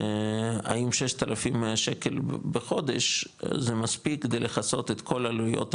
האם 6,000 שקל בחודש זה מספיק כדי לכסות את כל עלויות המחייה,